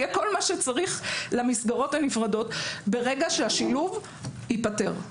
יהיה כל מה שצריך למסגרות הנפרדות ברגע שהשילוב ייפתר,